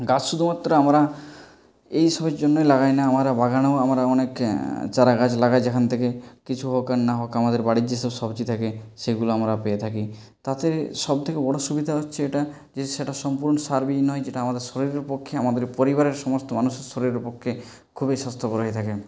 গাছ শুধুমাত্র আমরা এই সবের জন্য লাগাই না আমরা বাগান আমরা অনেকে চারা গাছ লাগাই যেখান থেকে কিছু হোক কী না হোক আমাদের বাড়ি যেসব সবজি থাকে সেগুলো আমরা পেয়ে থাকি তাতে সবচেয়ে বড় সুবিধা হচ্ছে এটা যে সেটা সম্পূর্ণ সারবিহীন হয় যেটা আমাদের শরীরের পক্ষে আমাদের পরিবারের সমস্ত মানুষের শরীরের পক্ষে খুবই স্বাস্থ্যকর হয়ে থাকে